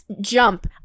jump